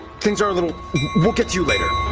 things are a little. we'll get to you later.